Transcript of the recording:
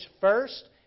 first